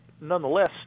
nonetheless